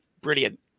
brilliant